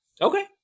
Okay